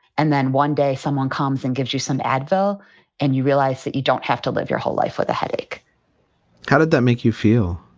and then one day someone comes and gives you some advil and you realize that you don't have to live your whole life with a headache how did that make you feel?